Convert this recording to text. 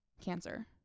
cancer